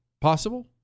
possible